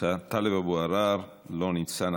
לא נמצא.